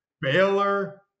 Baylor